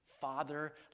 Father